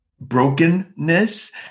brokenness